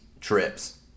trips